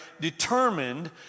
determined